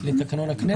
לתקנון הכנסת.